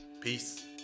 peace